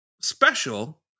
special